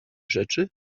rzeczy